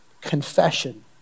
confession